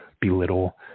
belittle